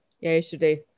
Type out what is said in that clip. yesterday